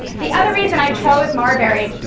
the other reason i chose marbury,